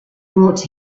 brought